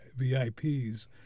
VIPs